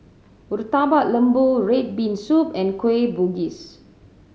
Murtabak Lembu red bean soup and Kueh Bugis